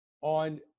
on